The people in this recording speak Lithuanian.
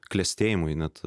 klestėjimui net